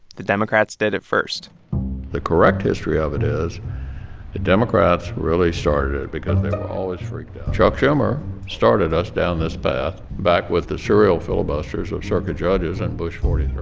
the democrats did it first the correct history of it is democrats really started it because they were always freaked out. chuck schumer started us down this path back with the serial filibusters of circuit judges and bush forty